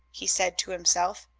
he said to himself.